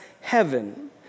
heaven